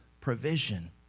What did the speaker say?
provision